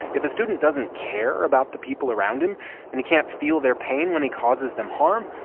if a student doesn't care about the people around him and he can't feel their pain when he causes them harm,